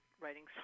writing